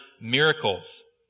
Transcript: miracles